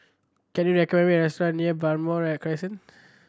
can you recommend me a restaurant near Balmoral Crescent